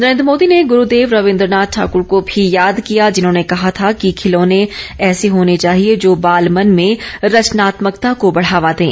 नरेंद्र मोदी ने गुरूदेव रवीन्द्र नाथ ठाकुर को भी याद किया जिन्होंने कहा था कि खिलौने ऐसे होने चाहिए जो बालमन में रचनात्मकता को बढ़ावा दें